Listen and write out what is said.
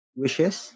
wishes